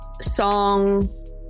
song